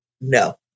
no